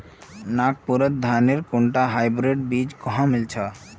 नागपुरत धानेर कुनटा हाइब्रिड बीज कुहा मिल छ